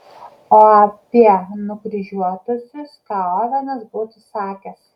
o apie nukryžiuotuosius ką ovenas būtų sakęs